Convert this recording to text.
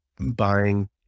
buying